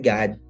God